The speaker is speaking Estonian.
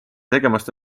tegemist